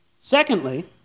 Secondly